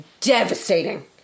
devastating